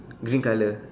green colour